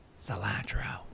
cilantro